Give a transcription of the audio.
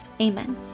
Amen